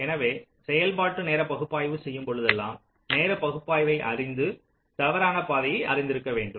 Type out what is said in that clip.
எனவே செயல்பாட்டு நேர பகுப்பாய்வை செய்யும் பொழுதெல்லாம் நேர பகுப்பாய்வை அறிந்து தவறான பாதையை அறிந்திருக்க வேண்டும்